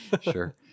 Sure